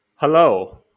Hello